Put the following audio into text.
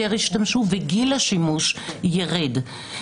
יותר ישתמשו וגיל השימוש ירד.